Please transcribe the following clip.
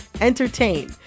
entertain